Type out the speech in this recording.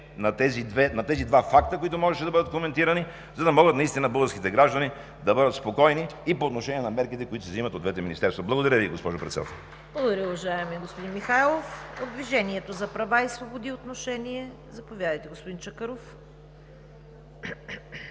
на тези два факта, които можеше да бъдат коментирани, за да могат наистина българските граждани да бъдат спокойни и по отношение на мерките, които се взимат от двете министерства. Благодаря Ви, госпожо Председател. ПРЕДСЕДАТЕЛ ЦВЕТА КАРАЯНЧЕВА: Благодаря, уважаеми господин Михайлов. От „Движението за права и свободи“ – заповядайте, господин Чакъров.